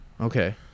Okay